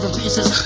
pieces